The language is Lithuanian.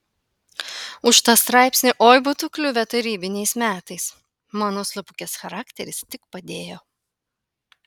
už tą straipsnį oi būtų kliuvę tarybiniais metais mano slapukės charakteris tik padėjo